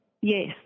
Yes